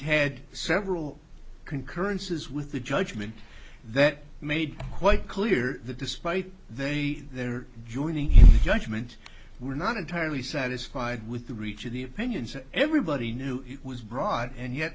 had several concurrences with a judgment that made quite clear that despite they their joining judgment were not entirely satisfied with the reach of the opinions that everybody knew was broad and yet